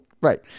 Right